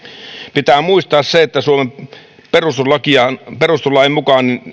pitää muistaa se että suomen perustuslain mukaan